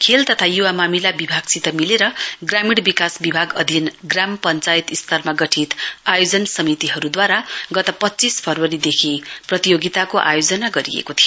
खेल तथा युवा मामिला विभागसित मिलेर ग्रामीण विकास विभाग अधिन ग्राम पश्चायत स्तरमा गठित आयोजना समितिद्वारा गतपञ्चीस फरवरीदेखि प्रतियोगिताको आयोजना गरिएको थियो